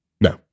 No